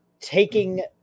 taking